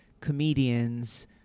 comedians